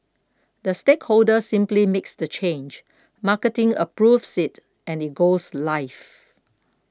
the stakeholder simply makes the change marketing approves it and it goes live